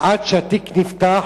עד שהתיק נפתח